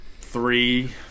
three